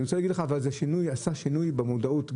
אני רוצה להגיד לך שזה עשה שינוי במודעות.